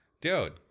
dude